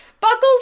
Buckles